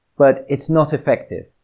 but it's not effective.